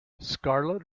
scarlet